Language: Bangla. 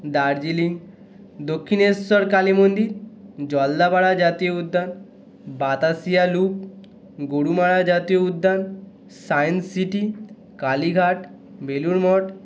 দার্জিলিং দক্ষিণেশ্বর কালী মন্দির জলদাপাড়া জাতীয় উদ্যান বাতাসিয়া লুপ গরুমারা জাতীয় উদ্যান সাইন্সসিটি কালীঘাট বেলুড় মঠ